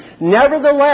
nevertheless